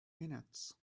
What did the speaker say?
minutes